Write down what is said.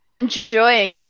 enjoying